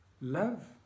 Love